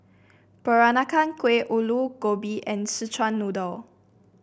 Peranakan Kueh Aloo Gobi and Szechuan Noodle